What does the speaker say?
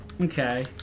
Okay